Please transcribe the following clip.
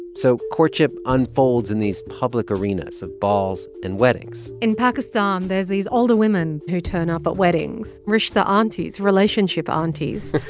so courtship unfolds in these public arenas of balls and weddings in pakistan, there's these older women who turn up at weddings, rishta aunties relationship ah aunties.